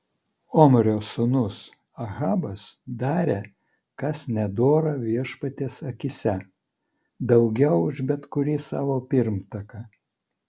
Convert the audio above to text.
omrio sūnus ahabas darė kas nedora viešpaties akyse daugiau už bet kurį savo pirmtaką